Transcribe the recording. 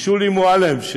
שולי מועלם,